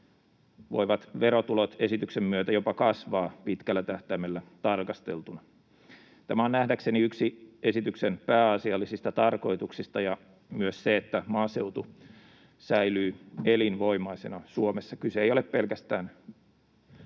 voivat verotulot esityksen myötä jopa kasvaa pitkällä tähtäimellä tarkasteltuna. Tämä on nähdäkseni yksi esityksen pääasiallisista tarkoituksista ja myös se, että maaseutu säilyy elinvoimaisena Suomessa. Kyse ei ole pelkästään